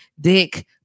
Dick